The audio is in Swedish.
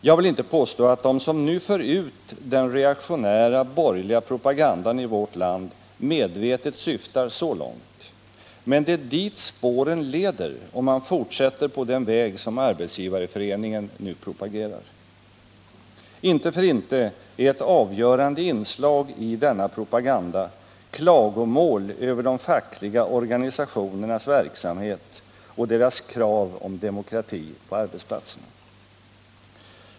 Jag vill inte påstå att de som nu för ut den reaktionära borgerliga propagandan i vårt land medvetet syftar så långt, men det är dit spåren leder, om man fortsätter på den väg som Arbetsgivareföreningen nu propagerar för. Inte för inte är ett avgörande inslag i denna propaganda klagomål över de fackliga organisationernas verksamhet och deras krav på demokrati på arbetsplatserna.